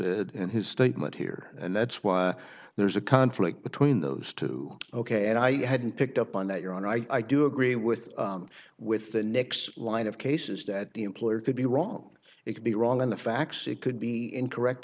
said in his statement here and that's why there's a conflict between those two ok and i hadn't picked up on that your honor i do agree with you with the next line of cases that the employer could be wrong it could be wrong on the facts it could be incorrect